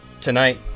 Tonight